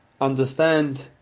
understand